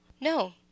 no